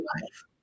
life